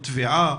טביעה,